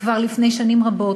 כבר לפני שנים רבות,